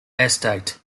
estate